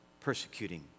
persecuting